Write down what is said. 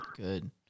good